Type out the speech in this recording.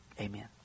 Amen